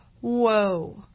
whoa